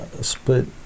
Split